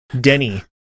Denny